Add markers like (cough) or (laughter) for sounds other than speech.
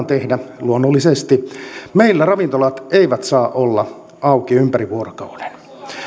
(unintelligible) tehdä ja meillä ravintolat eivät saa olla auki ympäri vuorokauden